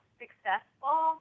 successful